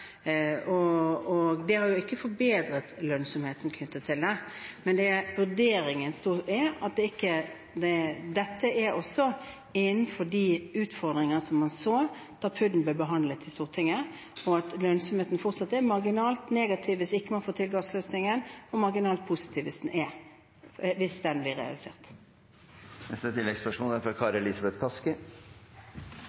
og det har ikke forbedret lønnsomheten knyttet til det. Men vurderingen er at dette er innenfor de utfordringer som man så da PUD-en ble behandlet i Stortinget, og at lønnsomheten fortsatt er marginalt negativ hvis man ikke får til gassløsningen – og marginalt positiv hvis den blir realisert. Kari Elisabeth Kaski – til oppfølgingsspørsmål. Det er